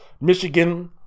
Michigan